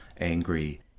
angry